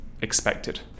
expected